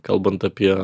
kalbant apie